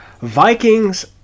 Vikings